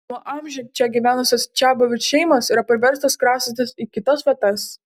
nuo amžių čia gyvenusios čiabuvių šeimos yra priverstos kraustytis į kitas vietas